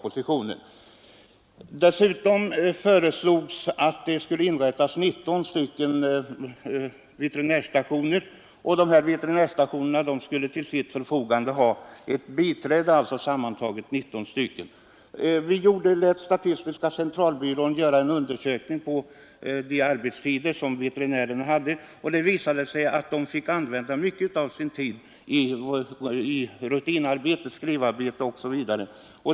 Vidare föreslogs inrättande av 19 veterinärstationer som till sitt förfogande skulle ha ett biträde. Vi lät statistiska centralbyrån göra en undersökning om veterinärernas arbetstider, och det visade sig att de fick använda mycket av sin tid till rutinarbete, bl.a. till skrivarbete.